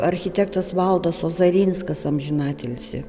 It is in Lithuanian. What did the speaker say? architektas valdas ozarinskas amžinatilsį